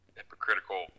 hypocritical